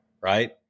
Right